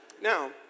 now